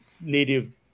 native